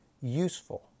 useful